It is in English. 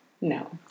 No